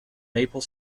maple